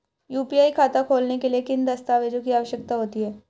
UPI खाता खोलने के लिए किन दस्तावेज़ों की आवश्यकता होती है?